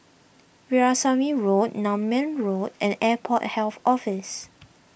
Veerasamy Road Nutmeg Road and Airport Health Office